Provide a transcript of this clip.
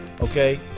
Okay